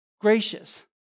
gracious